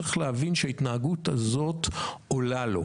צריך להבין שההתנהגות הזאת עולה לו.